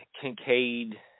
Kincaid